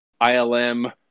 ILM